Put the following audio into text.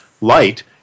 light